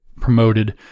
promoted